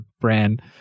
brand